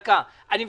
אני מבקש,